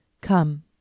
Come